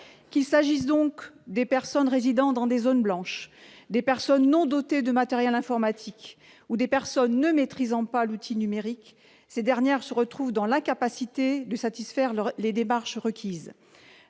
Qu'il s'agisse de personnes résidant dans des zones blanches, de personnes non dotées de matériel informatique ou de personnes ne maîtrisant pas l'outil numérique, ces dernières se retrouvent dans l'incapacité d'effectuer les démarches requises.